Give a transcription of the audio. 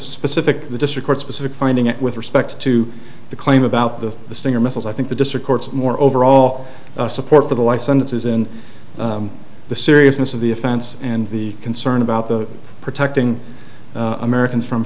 specific the district specific finding it with respect to the claim about the the stinger missiles i think the district court's more overall support for the licenses in the seriousness of the offense and the concern about the protecting americans from